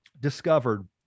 discovered